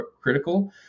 critical